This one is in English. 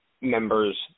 members